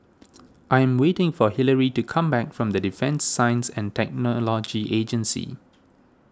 I am waiting for Hillery to come back from the Defence Science and Technology Agency